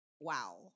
wow